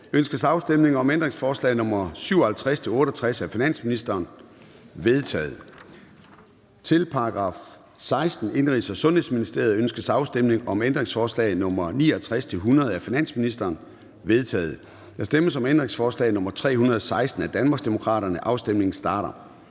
Ønskes afstemning om ændringsforslag nr. 115-122 af finansministeren? De er vedtaget. Til § 19. Uddannelses- og Forskningsministeriet. Ønskes afstemning om ændringsforslag nr. 123-127 af finansministeren? De er vedtaget. Der stemmes om ændringsforslag nr. 321 af Danmarksdemokraterne. Afstemningen starter.